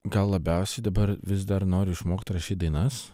gal labiausiai dabar vis dar noriu išmokt rašyt dainas